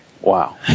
Wow